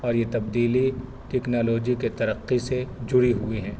اور یہ تبدیلی ٹیکنالوجی کے ترقی سے جڑی ہوئی ہیں